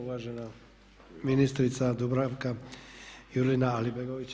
Uvažena ministrica Dubravka Jurina Alibegović.